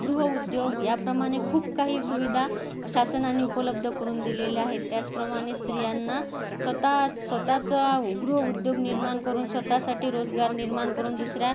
गृहउद्योग याप्रमाणे खूप काही सुविधा शासनानी उपलब्ध करून दिलेल्या आहे त्याचप्रमाणे स्त्रियांना स्वतःच स्वतःचा गृहउद्योग निर्माण करून स्वतःसाठी रोजगार निर्माण करून दुसऱ्या